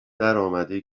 درآمده